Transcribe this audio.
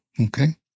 Okay